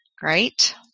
great